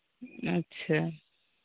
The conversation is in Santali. ᱟᱪ ᱪᱷᱟ